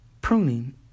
pruning